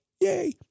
Yay